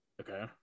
Okay